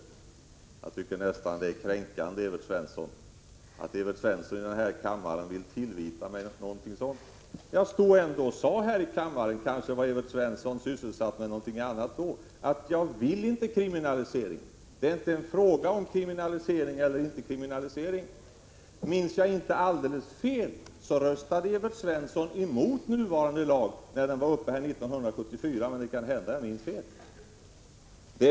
Jag tycker det är nästan kränkande att Evert Svensson i denna kammare vill tillvita mig någonting sådant. Jag stod ändå här och sade — men kanske var Evert Svensson sysselsatt med någonting annat då — att jag inte önskar kriminalisering. Det är inte en fråga om kriminalisering eller inte kriminalisering. Minns jag inte alldeles fel, röstade Evert Svensson emot nuvarande lag när den antogs 1974 — men det kan hända att jag minns fel.